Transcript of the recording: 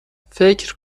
فکر